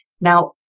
Now